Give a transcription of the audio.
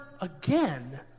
again